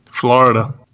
Florida